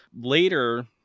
later